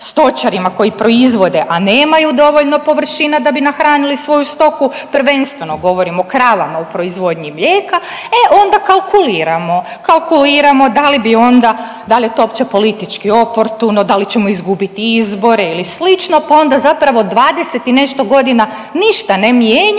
stočarima koji proizvode, a nemaju dovoljno površina da bi nahranili svoju stoku prvenstveno govorim o kravama u proizvodnji mlijeka e onda kalkuliramo, kalkuliramo da li bi onda, da li je to uopće politički oportuno, da li ćemo izgubiti izbore ili slično, pa onda zapravo 20 i nešto godina ništa ne mijenjamo